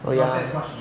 oh yeah